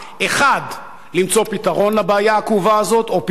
1. למצוא פתרון לבעיה הזאת או פתרונות,